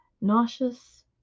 nauseous